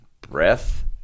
breath